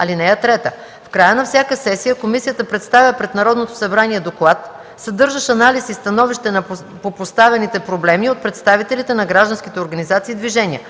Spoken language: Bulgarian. (3) В края на всяка сесия комисията представя пред Народното събрание доклад, съдържащ анализ и становище по поставените проблеми от представителите на гражданските организации и движения.